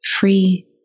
Free